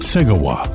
Segawa